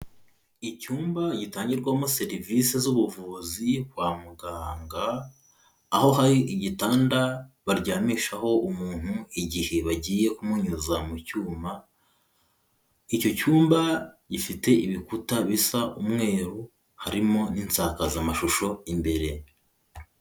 Icyumba gitangirwamo serivisi z'ubuvuzi kwa muganga, aho hari igitanda baryamishaho umuntu igihe bagiye kumunyuza mu cyuma, icyo cyumba gifite ibikuta bisa umweru, harimo n'insakazamashusho imbere.